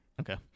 Okay